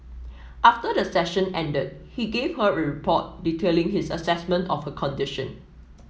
after the session ended he gave her a report detailing his assessment of her condition